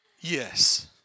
Yes